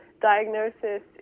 diagnosis